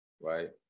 right